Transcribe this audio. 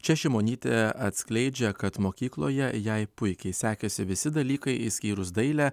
čia šimonytė atskleidžia kad mokykloje jai puikiai sekėsi visi dalykai išskyrus dailę